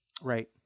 Right